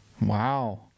Wow